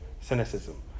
cynicism